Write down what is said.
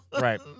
Right